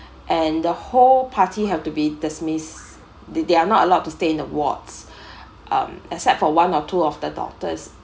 and the whole party have to be dismissed th~ they are not allowed to stay in the wards um except for one or two of the doctors